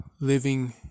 living